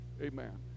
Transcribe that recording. amen